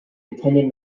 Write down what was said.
attended